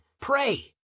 Pray